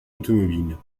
automobile